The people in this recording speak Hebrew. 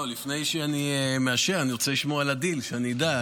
לפני שאני מאשר, אני רוצה לשמוע על הדיל, שאדע.